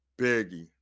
Biggie